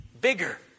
bigger